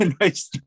Nice